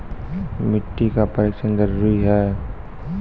मिट्टी का परिक्षण जरुरी है?